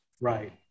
Right